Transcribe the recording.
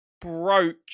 broke